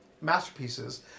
Masterpieces